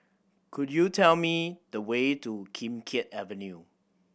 could you tell me the way to Kim Keat Avenue